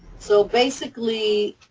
so, basically,